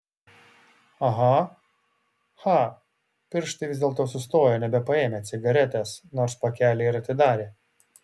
aha cha pirštai vis dėlto sustojo nebepaėmę cigaretės nors pakelį ir atidarė